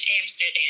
Amsterdam